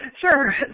Sure